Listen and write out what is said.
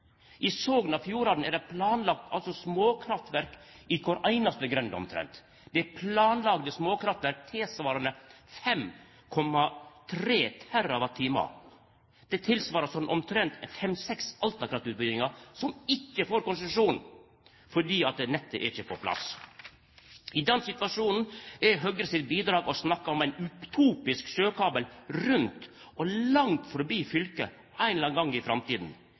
I Sogn og Fjordane er det planlagt småkraftverk i omtrent kvar einaste grend. Det er planlagde småkraftverk tilsvarande 5,3 TWh. Det tilsvarar sånn omtrent fem–seks altakraftutbyggingar, som ikkje får konsesjon fordi nettet ikkje er på plass. I den situasjonen er Høgre sitt bidrag å snakka om ein utopisk sjøkabel rundt – og langt forbi – fylket ein eller annan gong i